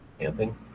camping